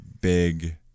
big